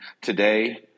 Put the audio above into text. today